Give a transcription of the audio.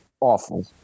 awful